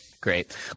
great